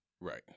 Right